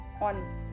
on